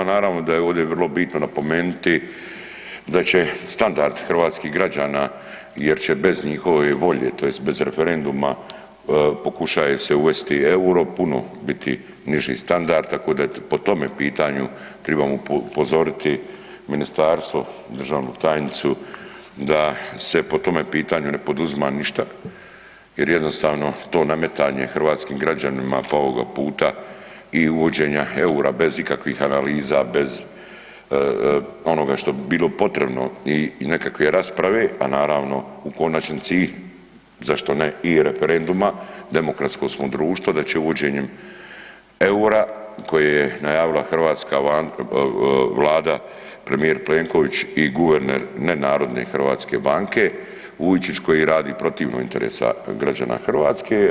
Naravno da je ovdje vrlo bitno napomenuti da će standard hrvatskih građana jer će bez njihove volje tj. bez referenduma pokušaje se uvesti EUR-o puno u biti niži standard, tako da je po tome pitanju tribamo upozoriti ministarstvo, državnu tajnicu da se po tome pitanju ne poduzima ništa jer jednostavno to nametanje hrvatskim građanima pa ovoga puta i uvođenja EUR-a bez ikakvih analiza bez onoga što bi bilo potrebno i nekakve rasprave, a naravno u konačnici i zašto ne i referenduma, demokratsko smo društvo da će uvođenjem EUR-a koje je najavila hrvatska Vlada, premijer Plenković i guverner nenarodne hrvatske banke, Vujčić koji radi protivno interesa građana Hrvatske.